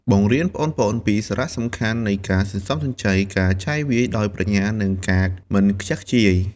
បង្រៀនប្អូនៗពីសារៈសំខាន់នៃការ សន្សំសំចៃ ការ ចាយវាយដោយប្រាជ្ញា និងការ មិនខ្ជះខ្ជាយ ។